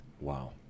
wow